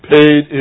Paid